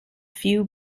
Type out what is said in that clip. few